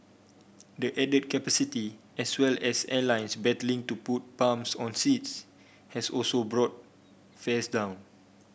the added capacity as well as airlines battling to put bums on seats has also brought fares down